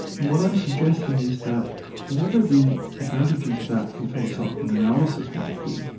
and what i'm suggesting is that whatever the advantages of that for philosophical analysis might be,